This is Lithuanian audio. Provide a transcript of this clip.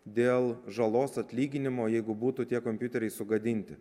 dėl žalos atlyginimo jeigu būtų tie kompiuteriai sugadinti